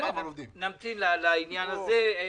נמתין לעניין הזה.